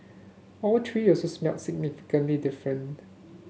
all three also smelled significantly different